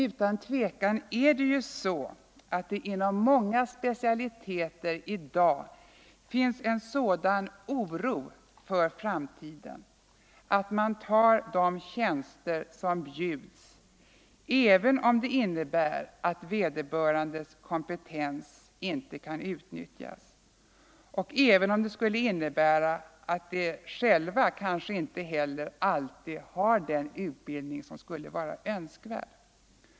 Utan tvekan finns det dock inom många specialiteter en sådan oro för framtiden att man tar de tjänster som bjuds, även om det innebär att vederbörandes kompetens inte kan utnyttjas och även om de själva inte alltid har den utbildning som vore önskvärd.